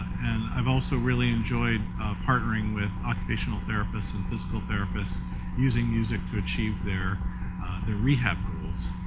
and i've also really enjoyed partnering with occupational therapists and physical therapists using music to achieve their their rehab roles.